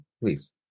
please